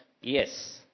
Yes